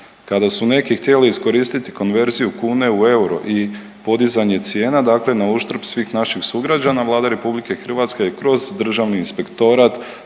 Kada su neki htjeli iskoristiti konverziju kune u euro i podizanje cijena, dakle na uštrb svih naših sugrađana Vlada Republike Hrvatske je kroz Državni inspektorat,